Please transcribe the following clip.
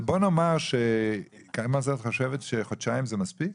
את חושבת שחודשיים זה מספיק?